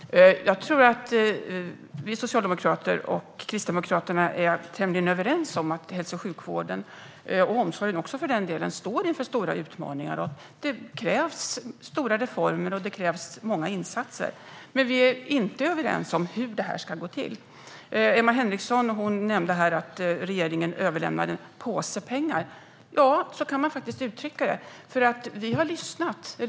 Herr talman! Jag tror att vi socialdemokrater och Kristdemokraterna är tämligen överens om att hälso och sjukvården och omsorgen också, för den delen, står inför stora utmaningar. Det krävs stora reformer, och det krävs många insatser. Men vi är inte överens om hur det ska gå till. Emma Henriksson nämnde att regeringen överlämnar en påse pengar. Ja, så kan man faktiskt uttrycka det.